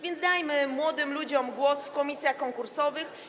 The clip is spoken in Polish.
więc dajmy młodym ludziom głos w komisjach konkursowych.